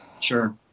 Sure